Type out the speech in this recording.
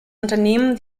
unternehmen